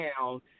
down